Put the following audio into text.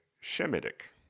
shemitic